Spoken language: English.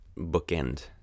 bookend